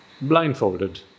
Blindfolded